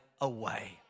away